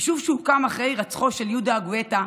יישוב שהוקם אחרי הירצחו של יהודה גואטה,